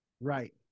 Right